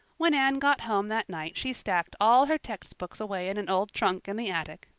when anne got home that night she stacked all her textbooks away in an old trunk in the attic,